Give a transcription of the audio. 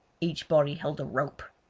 each body held a rope.